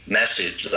message